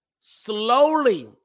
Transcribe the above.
slowly